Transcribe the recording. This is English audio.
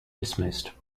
dismissed